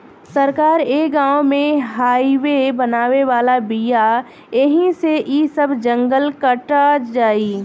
सरकार ए गाँव में हाइवे बनावे वाला बिया ऐही से इ सब जंगल कटा जाई